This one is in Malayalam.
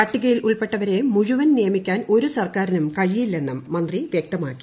പട്ടികയിൽ ഉൾപ്പെട്ടവരെ മുഴുവൻ നിയമിക്കാൻ ഒരു സർക്കാരിനും കഴിയില്ലെന്നും മന്ത്രി വ്യക്തമാക്കി